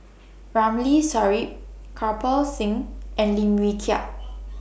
Ramli Sarip Kirpal Singh and Lim Wee Kiak